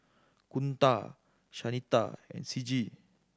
Kunta Shanita and Ciji